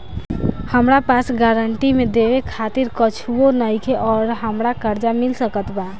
हमरा पास गारंटी मे देवे खातिर कुछूओ नईखे और हमरा कर्जा मिल सकत बा?